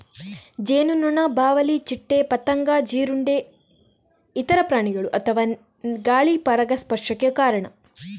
ಜೇನುನೊಣ, ಬಾವಲಿ, ಚಿಟ್ಟೆ, ಪತಂಗ, ಜೀರುಂಡೆ, ಇತರ ಪ್ರಾಣಿಗಳು ನೀರು ಅಥವಾ ಗಾಳಿ ಪರಾಗಸ್ಪರ್ಶಕ್ಕೆ ಕಾರಣ